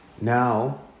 Now